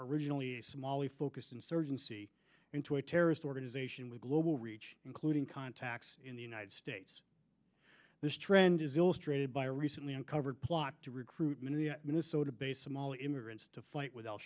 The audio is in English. originally a smaller focused insurgency into a terrorist organization with global reach including contacts in the united states this trend is illustrated by a recently uncovered plot to recruitment in minnesota based somali immigrants to fight with al